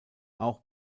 auch